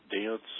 Dance